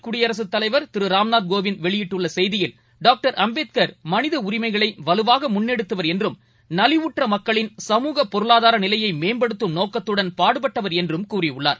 குடியரசுத் தலைவர் திருராம்நாத் கோவிந்த் வெளியிட்டுள்ளசெய்தியில் டாக்டர் அம்பேத்கர் மனிதஉரிமைகளைவலுவாகமுன்னெடுத்தவர் நலிவுற்றமக்களின் சமூக பொருளாதாரநிலையைமேம்படுத்தும் நோக்கத்துடன் பாடுபட்டவர் என்றும் கூறியுள்ளார்